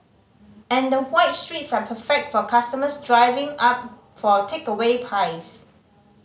and the wide streets are perfect for customers driving up for takeaway pies